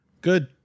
Good